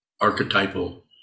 archetypal